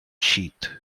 sheath